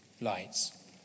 lights